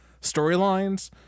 storylines